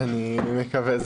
אני מקווה.